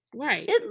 Right